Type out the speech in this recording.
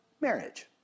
marriage